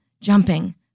jumping